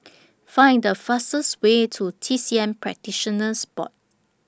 Find The fastest Way to T C M Practitioners Board